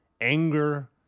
anger